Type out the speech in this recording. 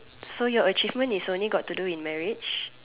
so your achievement is only got to do marriage